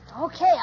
Okay